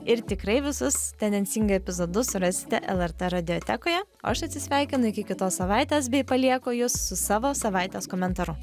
ir tikrai visus tendencingai epizodus surasite lrt radijotekoje o aš atsisveikinu iki kitos savaitės bei palieku jus su savo savaitės komentaru